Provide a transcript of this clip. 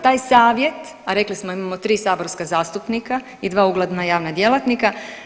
Taj savjet, a rekli smo imamo tri saborska zastupnika i dva ugledna javna djelatnika.